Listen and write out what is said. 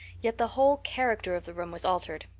yet the whole character of the room was altered.